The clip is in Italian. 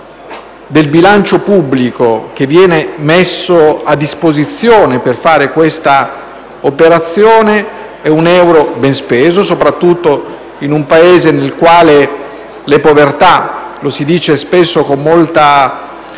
del bilancio pubblico che viene messo a disposizione per fare questa operazione è un euro ben speso, soprattutto in un Paese nel quale le povertà sono aumentate. Lo si dice spesso con molta